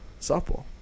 softball